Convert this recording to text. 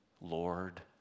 Lord